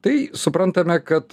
tai suprantame kad